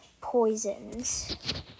poisons